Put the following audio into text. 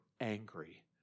angry